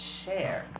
share